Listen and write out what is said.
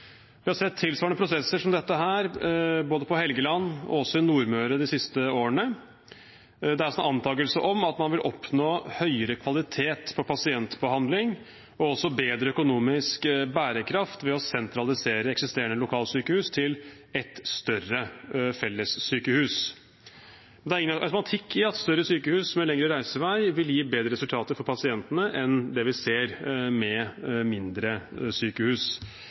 Vi har sett tilsvarende prosesser som dette både på Helgeland og også i Nordmøre de siste årene. Det er altså en antagelse om at man vil oppnå høyere kvalitet på pasientbehandling og også bedre økonomisk bærekraft ved å sentralisere eksisterende lokalsykehus til ett større fellessykehus. Det er ingen automatikk i at større sykehus med lengre reisevei vil gi bedre resultater for pasientene enn det vi ser med mindre sykehus.